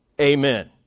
amen